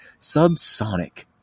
Subsonic